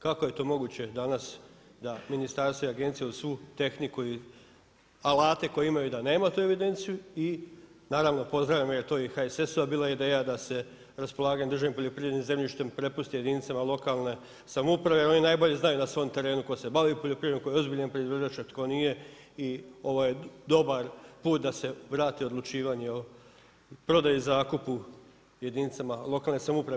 Kako je to moguće danas da ministarstvo i agenciju uz svu tehniku i alate koji imaju da nemaju tu evidenciju i naravno, pozdravljam jer to je i HSS-ova bila ideja da se raspolaganje državnim poljoprivrednim zemljište prepusti jedinicama lokalne samouprave jer one najbolje znaju na svom terenu tko se bavi poljoprivredom, tko je ozbiljan proizvođač a tko nije i ovaj je dobar put da se vrati odlučivanje o prodaji i zakupu jedinicama lokalne samouprave.